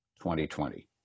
2020